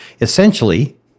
Essentially